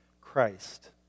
Christ